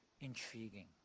intriguing